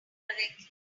correctly